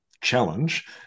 challenge